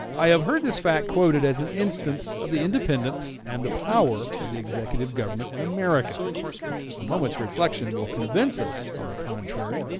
i have heard this fact quoted as an instance of the independence and the power of the executive government in america a moment's reflection will convince us, on the contrary,